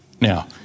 Now